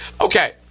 okay